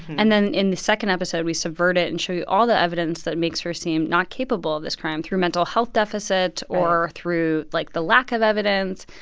and then, in the second episode, we subvert it and show you all the evidence that makes her seem not capable of this crime through mental health deficit. right. or through, like, the lack of evidence.